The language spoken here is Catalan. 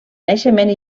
naixement